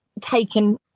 taken